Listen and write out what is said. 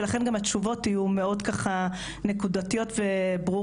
ולכן גם התשובות יהיו מאוד נקודתיות וברורות.